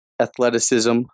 athleticism